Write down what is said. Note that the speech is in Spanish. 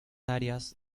áreas